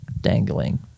dangling